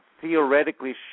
theoretically